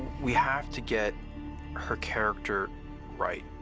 we have to get her character right.